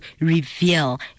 reveal